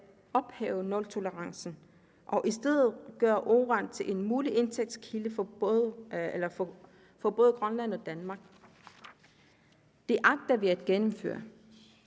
at ophæve nultolerancen og i stedet gøre uran til en mulig indtægtskilde for både Grønland og Danmark. Det agter vi at gennemføre,